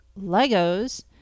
Legos